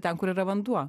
ten kur yra vanduo